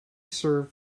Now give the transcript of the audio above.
served